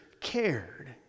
cared